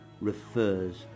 refers